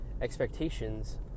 expectations